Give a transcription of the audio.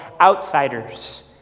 outsiders